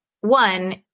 One